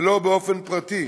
ולא באופן פרטי.